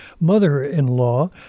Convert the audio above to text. mother-in-law